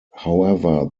however